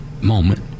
moment